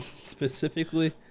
specifically